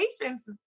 patience